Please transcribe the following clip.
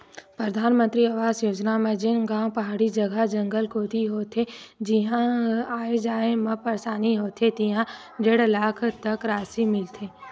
परधानमंतरी आवास योजना म जेन गाँव पहाड़ी जघा, जंगल कोती होथे जिहां आए जाए म परसानी होथे तिहां डेढ़ लाख तक रासि मिलथे